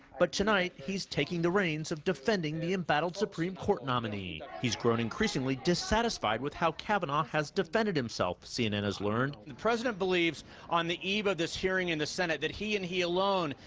but tonight, he's taking the reins of defending the embattled supreme court nominee. he's grown increasingly dissatisfied with how kavanaugh has defended himself, cnn has learned. the president believes on the eve of this hearing in the senate that he and he, alone,